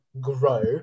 grow